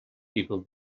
people